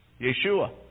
Yeshua